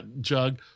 jug